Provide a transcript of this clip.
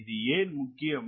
இது ஏன் முக்கியம்